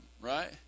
right